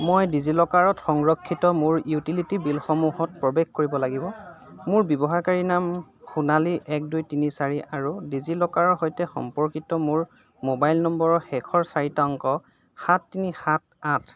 মই ডিজিলকাৰত সংৰক্ষিত মোৰ ইউটিলিটি বিলসমূহত প্ৰৱেশ কৰিব লাগিব মোৰ ব্যৱহাৰকাৰী নাম সোণালি এক দুই তিনি চাৰি আৰু ডিজিলকাৰৰ সৈতে সম্পৰ্কিত মোৰ মোবাইল নম্বৰৰ শেষৰ চাৰিটা অংক সাত তিনি সাত আঠ